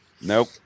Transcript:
Nope